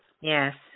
Yes